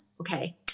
Okay